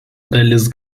dalis